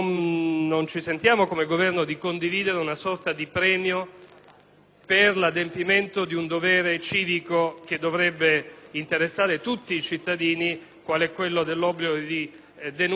per l'adempimento di un dovere civico che dovrebbe interessare tutti i cittadini, quale l'obbligo di denunciare l'intimidazione di tipo mafioso, anche perché